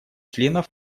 членов